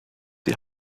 die